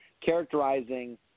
characterizing